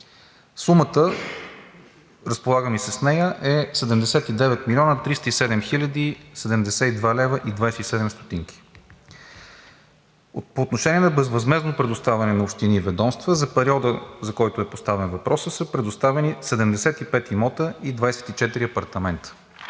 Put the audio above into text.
Сумата – разполагам и с нея, е 79 млн. 307 хил. 072,27 лв. По отношение на безвъзмездно предоставяне на общини и ведомства за периода, за който е поставен въпросът, са предоставени 75 имота и 24 апартамента.